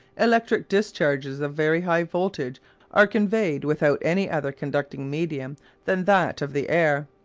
electric discharges of very high voltage are conveyed without any other conducting medium than that of the air.